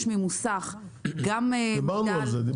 ממוסך גם מידע על --- דיברנו על זה.